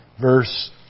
verse